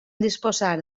disposar